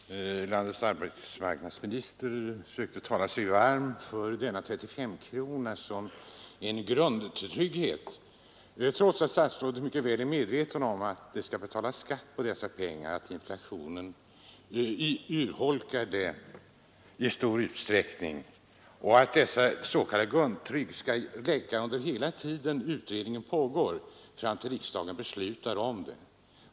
Fru talman! Landets arbetsmarknadsminister sökte tala sig varm för denna 35-krona som en grundtrygghet, trots att statsrådet är mycket väl medveten om att det skall betalas skatt på dessa pengar, att inflationen urholkar dem i stor utsträckning och att denna s.k. grundtrygghet skall räcka under hela tiden medan utredningen pågår fram till dess riksdagen beslutar i frågan.